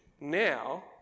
now